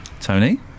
Tony